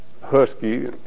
husky